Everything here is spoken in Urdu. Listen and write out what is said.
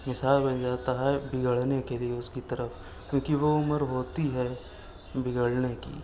مثال بن جاتا ہے بگڑنے کے لیے اس کی طرف کیونکہ وہ عمر ہوتی ہے بگڑنے کی